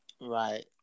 right